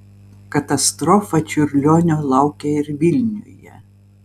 katastrofa čiurlionio laukė ir vilniuje